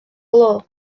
glo